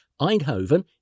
Eindhoven